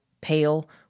pale